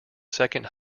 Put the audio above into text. second